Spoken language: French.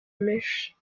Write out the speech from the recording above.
mèche